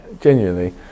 genuinely